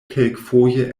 kelkfoje